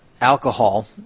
alcohol